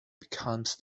becomes